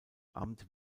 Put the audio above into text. amt